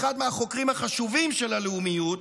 אחד מהחוקרים החשובים של הלאומיות,